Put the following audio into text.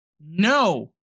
No